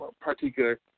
particular